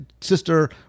sister